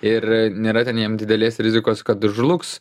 ir nėra ten jiem didelės rizikos kad žlugs